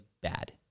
bad